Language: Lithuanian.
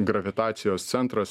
gravitacijos centras